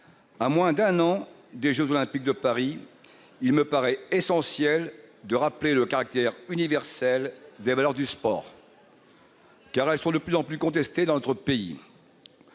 À moins d'un an des jeux Olympiques de Paris, il me paraît essentiel de rappeler le caractère universel des valeurs du sport, car elles sont de plus en plus contestées dans notre pays.